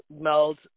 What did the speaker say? meld